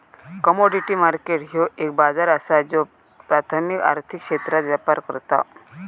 commodity market ह्यो एक बाजार असा ज्यो प्राथमिक आर्थिक क्षेत्रात व्यापार करता